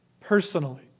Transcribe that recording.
personally